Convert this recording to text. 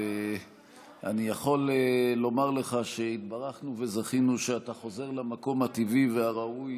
אני יכול לומר לך שהתברכנו וזכינו שאתה חוזר למקום הטבעי והראוי